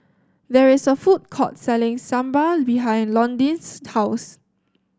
there is a food court selling Sambar behind Londyn's house